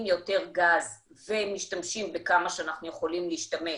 יותר גז ומשתמשים בכמה שאנחנו יכולים להשתמש